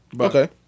Okay